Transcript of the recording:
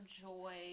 joy